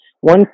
one